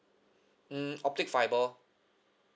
mm optic fibre